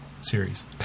series